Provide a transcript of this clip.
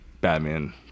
Batman